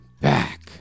back